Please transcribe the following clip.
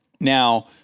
Now